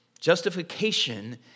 Justification